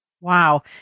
Wow